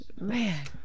Man